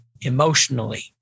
emotionally